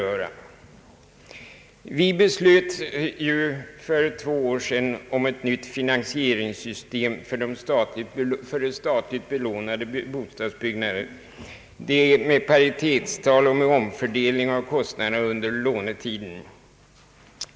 För två år sedan beslutade riksdagen om ett nytt finansieringssystem för statligt belånade bostadsbyggnader, med paritetstal och omfördelning av kostnaderna under lånetiden.